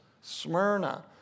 Smyrna